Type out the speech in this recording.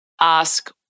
ask